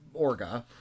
Orga